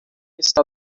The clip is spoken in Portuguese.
está